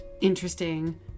interesting